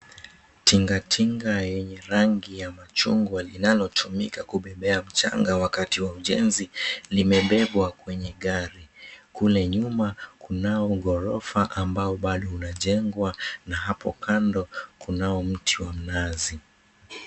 Tinga tinga yenye rangi ya machungwa linalotumika kubebea mchanga wakati wa ujenzi limebebwa kwenye gari. Kule nyuma kunao ghorofa ambao bado unajengwa na hapo kando kunao mti wa mnazi.